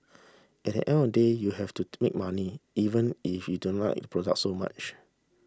at the end of the day you have to make money even if you don't like the product so much